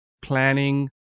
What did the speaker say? planning